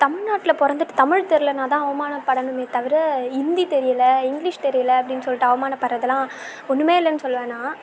தமிழ்நாட்டில் பிறந்துட்டு தமிழ் தெரியலைன்னா தான் அவமானப் படணுமே தவிர ஹிந்தி தெரியலை இங்கிலிஷ் தெரியலை அப்படினு சொல்லிட்டு அவமானப் படுறதெல்லாம் ஒன்றுமே இல்லைனு சொல்வேன் நான்